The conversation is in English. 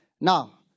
Now